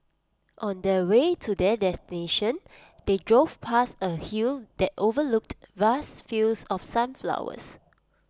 on the way to their destination they drove past A hill that overlooked vast fields of sunflowers